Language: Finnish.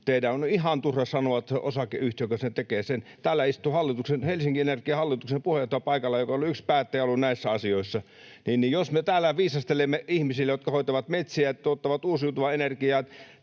Teidän on ihan turha sanoa, että se on osakeyhtiö, joka sen tekee. Täällä on paikalla Helsingin Energian hallituksen puheenjohtaja, joka on ollut yksi päättäjä näissä asioissa. [Atte Harjanne pyytää vastauspuheenvuoroa] Me täällä viisastelemme ihmisille, jotka hoitavat metsiä, tuottavat uusiutuvaa energiaa,